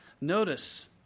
Notice